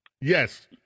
Yes